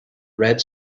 red